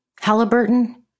Halliburton